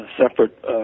Separate